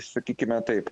sakykime taip